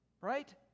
right